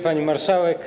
Pani Marszałek!